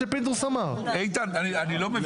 אני לא מבין